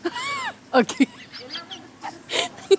okay